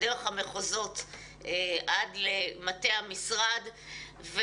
דרך המחוזות עד למטה המשרד.